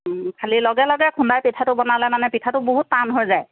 খালি লগে লগে খুন্দাই পিঠাটো বনালে মানে পিঠাটো বহুত টান হৈ যায়